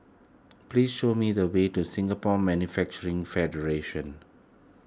please show me the way to Singapore Manufacturing Federation